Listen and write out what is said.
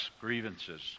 grievances